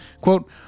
Quote